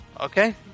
Okay